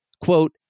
quote